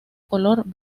color